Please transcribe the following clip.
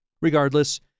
Regardless